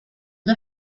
dos